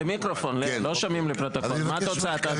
למיקרופון, לא שומעים לפרוטוקול, מה תוצאת הצבעה?